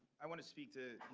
i want to speak to,